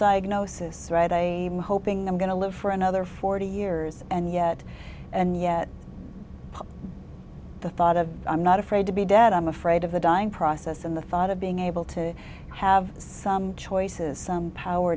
am hoping i'm going to live for another forty years and yet and yet the thought of i'm not afraid to be dead i'm afraid of the dying process and the thought of being able to have some choices some power